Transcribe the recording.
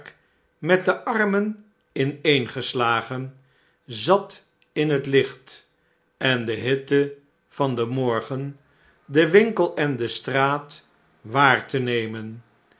met de armeh ineengeslagen zat in het licht en de hitte vandenmorgen den winkel en de straat waar te nemen